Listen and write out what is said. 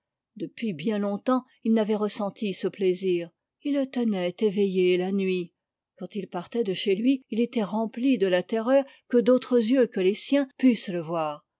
depuis bien longtemps il n'avait ressenti ce plaisir il le tenait éveillé la nuit quand il partait de chez lui il était rempli de la terreur que d'autres yeux que les siens pussent le voir